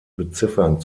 beziffern